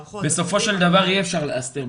בסופו של דבר אי אפשר להסתיר,